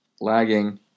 lagging